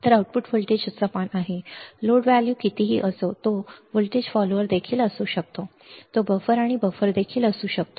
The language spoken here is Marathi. तर आउटपुट व्होल्टेज समान आहे लोड व्हॅल्यू कितीही असो तो व्होल्टेज फॉलोअर देखील असू शकतो तो बफर आणि बफर देखील असू शकतो